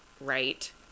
right